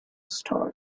story